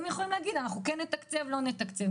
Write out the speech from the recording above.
הם יכולים להגיד, אנחנו כן נתקצב, לא נתקצב.